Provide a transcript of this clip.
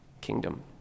kingdom